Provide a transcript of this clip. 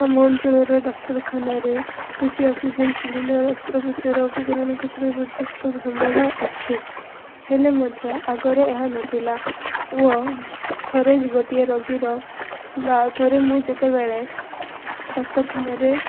ଆମ ଅଞ୍ଚଳରେ ଡାକ୍ତରଖାନାରେ ସେ ଯେ ଅକ୍ସିଜେନ ସିଲିଣ୍ଡର ଅସ୍ତ୍ରୋପଚାର ଉପକରଣ କ୍ଷେତ୍ର ପ୍ରଯୁକ୍ତ ସମ୍ବଳ ଅଛି ହେଲେ ମଧ୍ୟ ଆଗରେ ଏହା ନଥିଲା ଓ ଥରେ ଗୋଟିଏ ରୋଗୀର ବା ଥରେ ମୁଁ ଯେତେବେଳେ ଡାକ୍ତରଖାନାରେ